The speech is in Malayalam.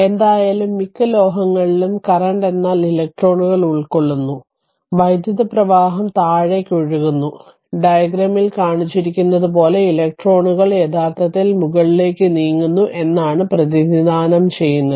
എന്തായാലും മിക്ക ലോഹങ്ങളിലും കറന്റ് എന്നാൽ ഇലക്ട്രോണുകൾ ഉൾക്കൊള്ളുന്നു വൈദ്യുത പ്രവാഹം താഴേക്ക് ഒഴുകുന്നു ഡയഗ്രാമിൽ കാണിച്ചിരിക്കുന്നതുപോലെ ഇലക്ട്രോണുകൾ യഥാർത്ഥത്തിൽ മുകളിലേക്ക് നീങ്ങുന്നു എന്നാണ് പ്രതിനിധാനം ചെയ്യുന്നത്